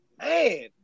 man